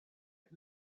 bit